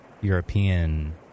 European